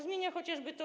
Zmienia chociażby to.